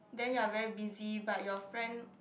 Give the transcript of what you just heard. then you are very busy but your friend